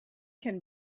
can